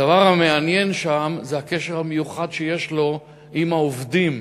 הדבר המעניין שם זה הקשר המיוחד שיש לו עם העובדים,